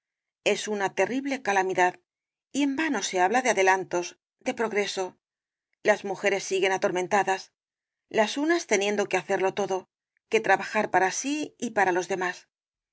es una terrible calamidad y en vano se habla de adelantos de progreso las mujeres siguen atormentadas las unas teniendo que hacerlo todo que trabajar para sí y para los demás